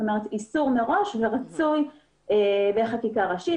זאת אומרת, איסור מראש, ורצוי בחקיקה ראשית.